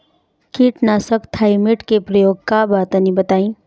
कीटनाशक थाइमेट के प्रयोग का बा तनि बताई?